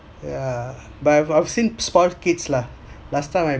yeah but I've I've seen spoilt kids lah last time my